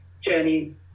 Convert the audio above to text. journey